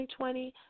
2020